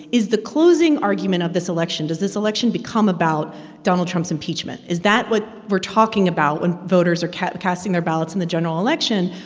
is the closing argument of this election does this election become about donald trump's impeachment? is that what we're talking about when voters are casting their ballots in the general election?